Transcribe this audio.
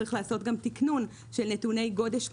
צריך לעשות תקנון של נתוני גודש תנועה,